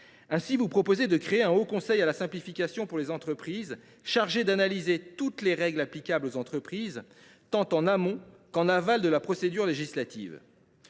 Ainsi, vous proposez de créer un haut conseil à la simplification pour les entreprises, chargé d’analyser toutes les règles applicables aux entreprises, tant en amont qu’en aval de la procédure législative.